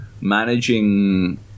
managing